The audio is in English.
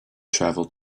travel